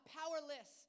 powerless